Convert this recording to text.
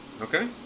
okay